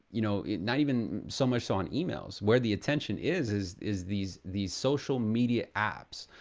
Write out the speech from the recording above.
you know, not even so much so on emails. where the attention is, is is these these social media apps.